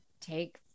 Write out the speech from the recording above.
take